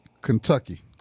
Kentucky